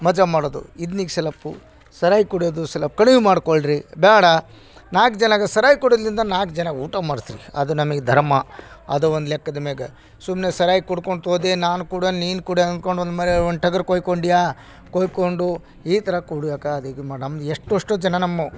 ಮಜಾ ಮಾಡೋದು ಇದ್ನ ಈಗ ಸ್ವಲ್ಪ್ ಸಾರಾಯಿ ಕುಡಿಯೋದು ಸ್ವಲ್ಪ್ ಕಡಿಮೆ ಮಾಡ್ಕೊಳ್ರೀ ಬೇಡ ನಾಲ್ಕು ಜನಕ್ಕೆ ಸಾರಾಯಿ ಕುಡಿಲಿಂದ ನಾಲ್ಕು ಜನ ಊಟ ಮಾಡಿಸ್ರೀ ಅದು ನಮಗ್ ಧರ್ಮ ಅದು ಒಂದು ಲೆಕ್ಕದ ಮೇಲೆ ಸುಮ್ಮನೆ ಸಾರಾಯಿ ಕುಡ್ಕೊತ್ ಹೋದೆ ನಾನು ಕೂಡ ನೀನು ಕುಡಿಯೋ ಅನ್ಕೊಂಡು ಒಂದು ಮರಿ ಒಂದು ಟಗರು ಕೊಯ್ಕೊಂಡೆಯಾ ಕೊಯ್ಕೊಂಡು ಈ ಥರ ಕುಡಿಯೋಕ ಅದು ಇದು ಮಾಡಿ ನಮ್ದು ಎಷ್ಟು ಎಷ್ಟೋ ಜನ ನಮ್ಮ